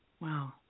wow